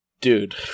dude